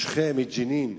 משכם, מג'נין,